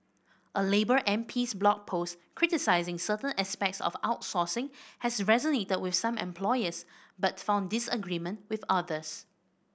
a labour MP's blog post criticising certain aspects of outsourcing has resonated with some employers but found disagreement with others